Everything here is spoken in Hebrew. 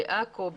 בעכו,